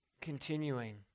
continuing